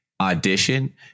audition